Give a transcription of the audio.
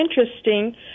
interesting